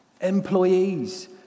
Employees